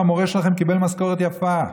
והמורה שלכם קיבל משכורת יפה.